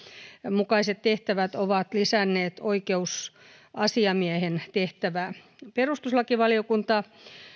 mukaiset tehtävät ovat lisänneet oikeusasiamiehen tehtäviä perustuslakivaliokunta